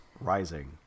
Rising